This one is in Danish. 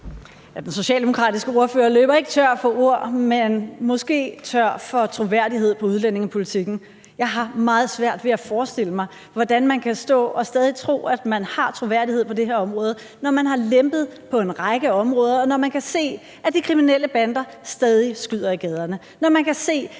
Den socialdemokratiske ordfører løber ikke tør for ord, men måske tør for troværdighed i udlændingepolitikken. Jeg har meget svært ved at forstå, hvordan man kan stå og stadig tro, at man har troværdighed på det her område, når man har lempet på en række områder, og når man kan se, at de kriminelle bander stadig skyder i gaderne, når man kan se,